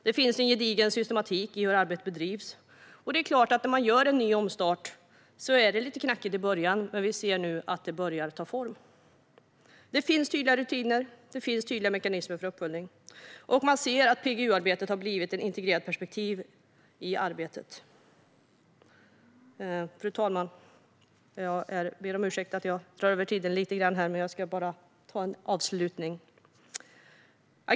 Det finns en gedigen systematik i hur arbetet bedrivs. Det är klart att det när man gör en omstart är lite knackigt i början, men vi ser nu att det börjar ta form. Det finns tydliga rutiner och mekanismer för uppföljning. Man ser att PGU-arbetet har blivit ett integrerat perspektiv. Fru talman! Jag ber om ursäkt för att jag drar över tiden lite grann - jag har bara avslutningen kvar.